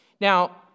Now